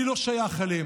אני לא שייך אליהם.